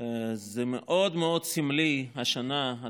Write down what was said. זה מאוד מאוד סמלי השנה,